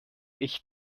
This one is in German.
ich